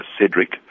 CEDRIC